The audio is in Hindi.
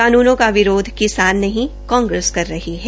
कानूनों का विरोध किसान नहीं कांग्रेस कर रही है